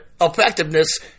effectiveness